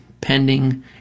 pending